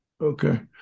Okay